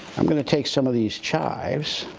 i'm gonna take some of these chives,